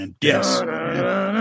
Yes